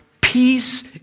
peace